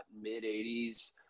mid-80s